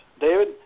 David